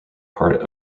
part